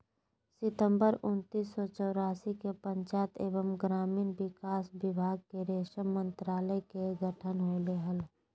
सितंबर उन्नीस सो चौरासी के पंचायत एवम ग्रामीण विकास विभाग मे रेशम मंत्रालय के गठन होले हल,